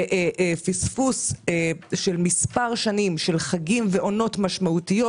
ופספוס של מספר שנים של חגים ועונות משמעותיות